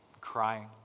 crying